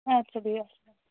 اَدٕ سا بِہِو اَسلام